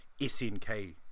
SNK